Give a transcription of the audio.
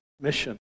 mission